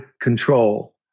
control